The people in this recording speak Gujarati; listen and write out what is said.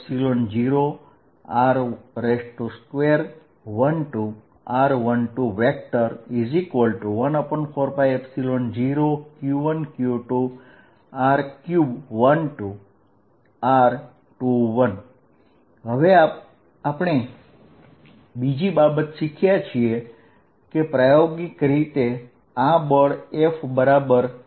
F1 140q1q2r122r12140q1q2r123r21 હવે આપણે બીજી બાબત શીખ્યા કે પ્રાયોગિક રીતે આ બળ F નું ડિપેન્ડેન્સ એ 1 r2 પર છે